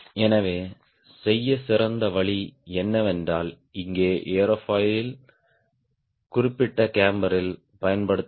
எனவே செய்ய சிறந்த வழி என்னவென்றால் இங்கே ஏரோஃபாயில் குறிப்பிட்ட கேம்பரில் பயன்படுத்தவும்